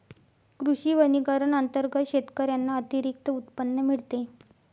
कृषी वनीकरण अंतर्गत शेतकऱ्यांना अतिरिक्त उत्पन्न मिळते